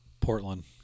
portland